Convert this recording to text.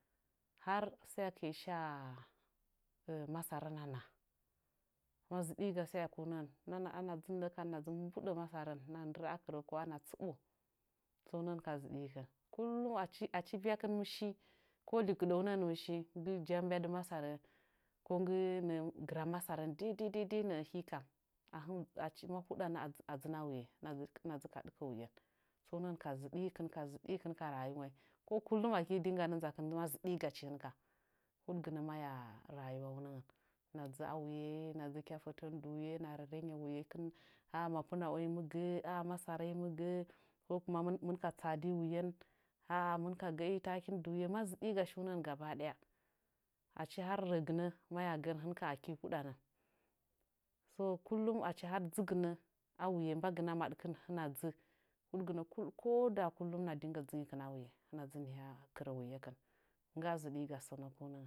Har sa'ekɨ'e shaa masarəna na. Ma zɨɗiiga saekunəngən. Hɨn mbuɗə masarən hɨna nɗɨrə'ə a kɨrə kwa'a hɨna tsiɓo. səunən gən ka zɨɗiikɨn. Kullum achi vyakɨn mɨ shi nggɨ jammbyadɨ masarəə, ko nggɨ nə'ə gɨra masarən daidai nə'ə mi kam, achi ma hudənə adzɨn a nuye. Səunən gən ka zɨɗiikɨn ka rayu wanyi. Ko kullum akii dingngganə nzakɨn, ma zɨɗii gachi hɨn kam mahyaa rayuwaunəngba hɨna dzɨ a nuye, hɨna dzɨ kya fətən duwuye, hɨna, nerengə wuyekɨn. Aa mapɨna'onyi mɨ ga, masara nyi mɨ sə, ko kuna hɨmɨna ka tsahadii wuyen. Aa hɨmɨn ka gə'əi taken duwuye, ma zɨɗiiga shiye nə'ə. Ma zɨɗiiga shiunəngən gaba ɗaya achi har rəgɨnə mahyaagən, akii huɗanə. Kullum achi dzɨgɨnə a wuye, mbagɨna maɗkɨn hɨna dzun. Huɗgɨnə ko daa kullum hɨna dinggə dzɨnyikɨn a nuye. Hɨna dzɨ nihya kɨrə nuyekɨn. Akii zɨɗiiga sənəkɨunəngən.